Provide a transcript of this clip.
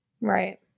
Right